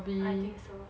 I think so